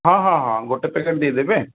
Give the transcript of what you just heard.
ହଁ ହଁ ହଁ ଗୋଟେ ପ୍ୟାକେଟ୍ ଦେଇଦେବେ